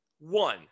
one